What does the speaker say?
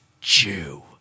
Jew